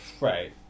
right